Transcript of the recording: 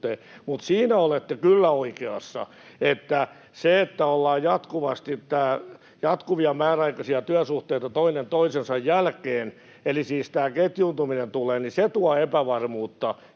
Mutta siinä olette kyllä oikeassa, että se, että on jatkuvia määräaikaisia työsuhteita toinen toisensa jälkeen, eli tämä ketjuuntuminen tulee, tuo epävarmuutta,